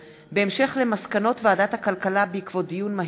הצעת חוק למניעת העישון במקומות ציבוריים והחשיפה לעישון (תיקון,